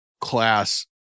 class